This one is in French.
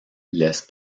laisse